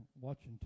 watching